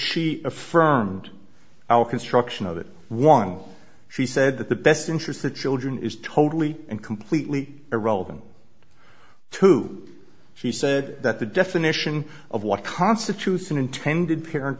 she affirmed our construction of it one she said that the best interest of children is totally and completely irrelevant to she said that the definition of what constitutes an intended parent